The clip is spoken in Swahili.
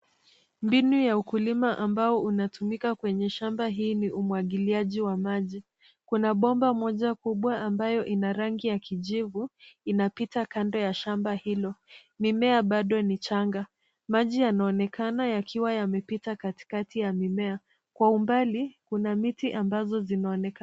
Mbinu ya ukulima ambao unaotumika kwenye shamba hii ni umwagiliaji wa maji. Kuna bomba moja kubwa ambayo ina rangi ya kijivu, inapita kando ya shamba hilo. Mimea bado ni changa. Maji yanaonekana yakiwa yamepita katikati ya mimea. Kwa umbali kuna miti ambazo zinaonekana.